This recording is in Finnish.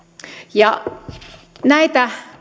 näitä